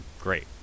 great